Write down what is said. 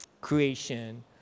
creation